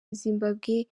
zimbabwe